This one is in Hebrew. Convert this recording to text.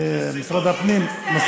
זה משרד הפנים, כתיב חסר.